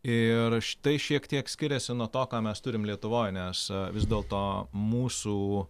ir štai šiek tiek skiriasi nuo to ką mes turim lietuvoj nes vis dėl to mūsų